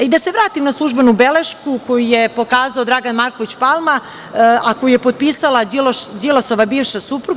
Da se vratim na službenu belešku koju je pokazao Dragan Marković Palma, a koji je potpisala Đilasova bivša supruga.